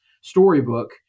storybook